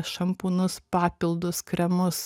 šampūnus papildus kremus